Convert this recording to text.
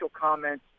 comments